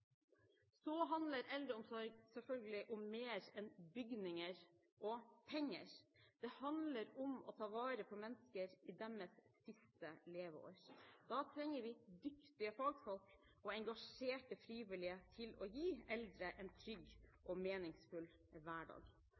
Så handler eldreomsorg selvfølgelig om mer enn bygninger og penger. Det handler om å ta vare på mennesker i deres siste leveår. Da trenger vi dyktige fagfolk og engasjerte frivillige til å gi eldre en trygg og meningsfylt hverdag.